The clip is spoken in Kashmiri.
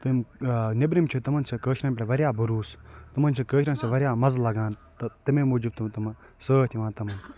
تِم نٮ۪برِم چھِ تِمَن چھِ آسان کٲشِرٮ۪ن پٮ۪ٹھ واریاہ بروسہٕ تِمَن چھِ کٲشِرٮ۪ن سۭتۍ واریاہ مَزٕ لگان تہٕ تَمی موٗجوٗب تِم تِمہٕ سۭتۍ یِوان تِمَن